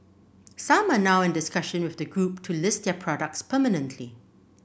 some are now in discussion with the Group to list their products permanently